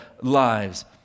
lives